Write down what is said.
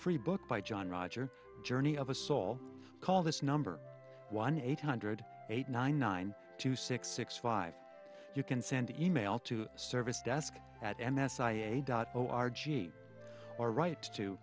free book by john roger journey of a soul call this number one eight hundred eight nine nine two six six five you can send e mail to service desk at m s i a dot o r g or right to